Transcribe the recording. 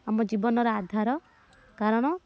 ଆମ ଜୀବନର ଆଧାର କାରଣ